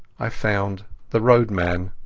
i found the roadman.